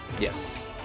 Yes